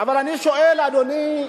אבל אני שואל, אדוני,